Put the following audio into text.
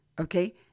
okay